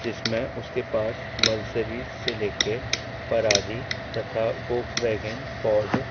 जिसमे उसके पास मर्सिरीज से लेके फ़रारी तथा फॉक्सवैगन फोर्ड